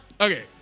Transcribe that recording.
okay